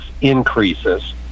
increases